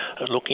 looking